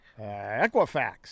Equifax